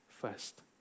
first